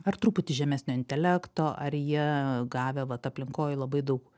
ar truputį žemesnio intelekto ar jie gavę vat aplinkoj labai daug